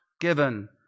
given